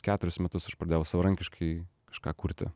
keturis metus aš pradėjau savarankiškai kažką kurti